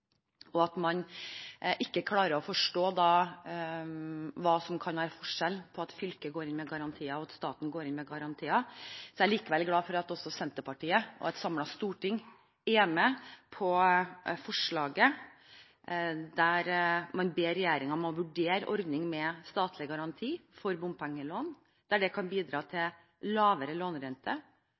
og at man ikke klarer å forstå forskjellen på at fylket går inn med garantier og at staten går inn med garantier, er jeg likevel glad for at Senterpartiet – og et samlet storting – er med på forslaget om å be regjeringen om å vurdere ordning med statlig garanti for bompengelån der det kan bidra til lavere lånerente,